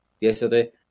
yesterday